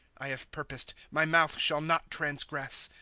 i have purposed, my mouth shall not transgress.